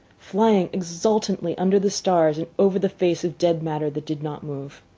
flying exultantly under the stars and over the face of dead matter that did not move.